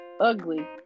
ugly